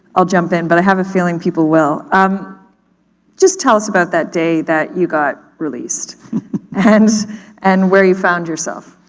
i'll jump in. but i have a feeling people will. um just tell us about that day that you got released and and where you found yourself.